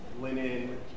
linen